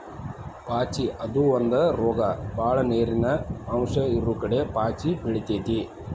ಪಾಚಿ ಅದು ಒಂದ ರೋಗ ಬಾಳ ನೇರಿನ ಅಂಶ ಇರುಕಡೆ ಪಾಚಿ ಬೆಳಿತೆತಿ